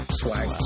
swag